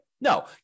No